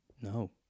No